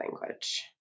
language